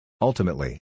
Ultimately